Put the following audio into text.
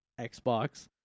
Xbox